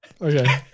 Okay